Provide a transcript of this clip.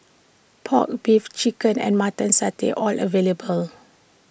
Pork Beef Chicken and Mutton Satay all available